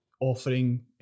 offering